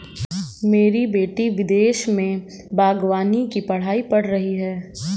मेरी बेटी विदेश में बागवानी की पढ़ाई पढ़ रही है